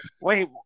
Wait